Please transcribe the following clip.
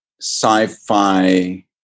sci-fi